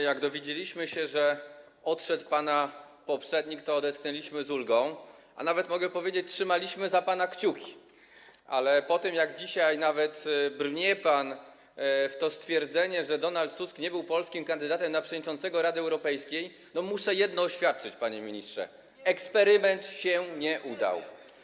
Jak dowiedzieliśmy się, że odszedł pana poprzednik, to odetchnęliśmy z ulgą, a nawet - mogę powiedzieć - trzymaliśmy za pana kciuki, ale po tym, jak nawet dzisiaj brnie pan w to stwierdzenie, że Donald Tusk nie był polskim kandydatem na przewodniczącego Rady Europejskiej, to muszę jedno oświadczyć, panie ministrze: eksperyment się nie udał.